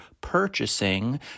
purchasing